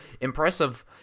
impressive